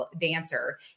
dancer